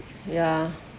ya